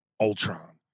Ultron